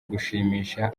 gushimisha